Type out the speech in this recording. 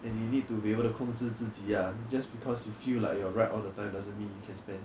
and you need to be able to 控制自己 ah just because you feel like you are right all the time doesn't mean you can spend